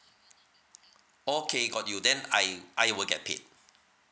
okay got you then I I will get paid